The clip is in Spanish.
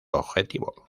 objetivo